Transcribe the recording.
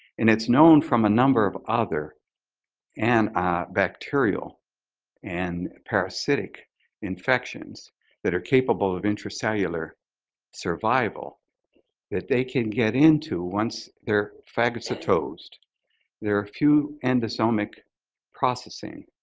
and it's known from a number of other and bacterial and parasitic infections that are capable of intracellular survival that they can't get into once they're phagocytosed there are a few endosomic processing